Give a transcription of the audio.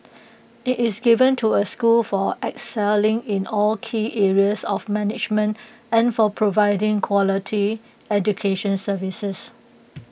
IT is given to A school for excelling in all key areas of management and for providing quality education services